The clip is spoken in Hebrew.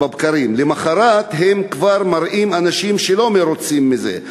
למחרת הם כבר מראים אנשים שלא מרוצים מזה.